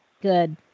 Good